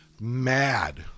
mad